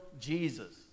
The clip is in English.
Jesus